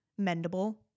mendable